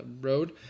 road